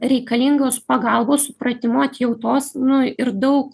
reikalingos pagalbos supratimo atjautos nu ir daug